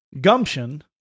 gumption